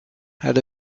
had